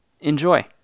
Enjoy